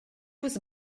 was